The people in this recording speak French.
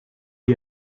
est